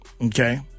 Okay